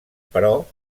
però